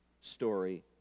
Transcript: story